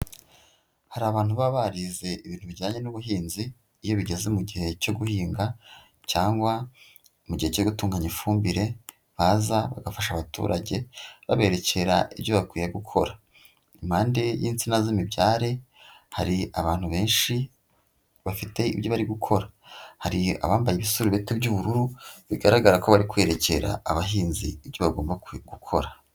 Hari abantu baba barize ibintu bijyanye n'ubuhinzi, iyo bigeze mu gihe cyo guhinga cyangwa mu gihe cyo gutunganya ifumbire baza bagafasha abaturage baberekera ibyo bakwiye gukora, impande y'insina zimibyare hari abantu benshi bafite ibyo bari gukora, hari abambaye ibisurubeti by'ubururu bigaragara ko bari kwerekera abahinzi ibyo bagomba gukora.